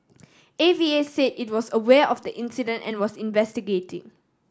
A V A said it was aware of the incident and was investigating